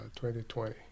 2020